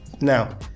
now